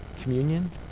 Communion